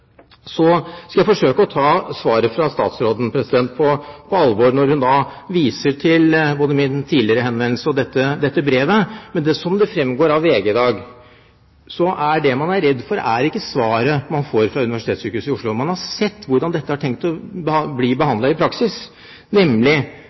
Så skal jeg forsøke å ta svaret fra statsråden på alvor når hun viser til både min tidligere henvendelse og dette brevet. Men som det fremgår av VG i dag: Det man er redd for, er ikke svaret man får fra Oslo universitetssykehus. Man har sett hvordan dette er tenkt